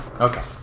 Okay